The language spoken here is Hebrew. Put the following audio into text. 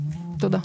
תודה.